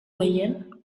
gehien